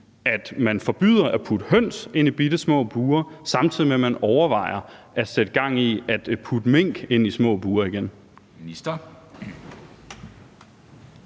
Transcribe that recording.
i at forbyde at putte høns ind i bittesmå bure, samtidig med at man overvejer at sætte gang i at putte mink ind i små bure igen.